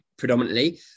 predominantly